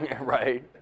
right